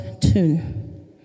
tune